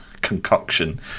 concoction